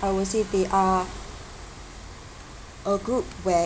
I will say they are a group where